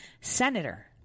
Senator